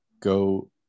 go